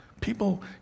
People